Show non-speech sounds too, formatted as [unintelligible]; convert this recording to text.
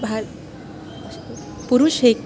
[unintelligible] पुरुष हे